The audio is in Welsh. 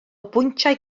bwyntiau